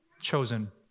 chosen